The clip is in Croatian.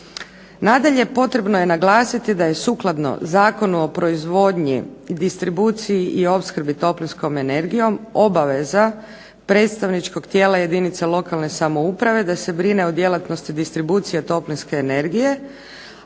Nadalje potrebno je naglasiti da je sukladno Zakonu o proizvodnji, distribuciji i opskrbi toplinskom energijom obaveza predstavničkog tijela jedinice lokalne samouprave da se brine o djelatnosti distribucije toplinske energije,